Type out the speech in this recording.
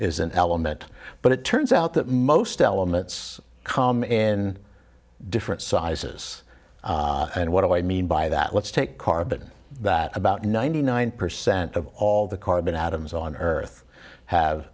is an element but it turns out that most elements come in different sizes and what i mean by that let's take carbon that about ninety nine percent of all the carbon atoms on earth have